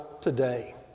today